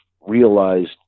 realized